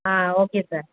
ah okay sir